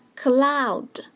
cloud